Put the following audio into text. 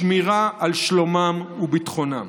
שמירה על שלומם וביטחונם.